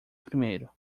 primeiro